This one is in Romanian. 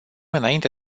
înainte